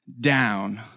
down